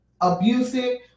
abusive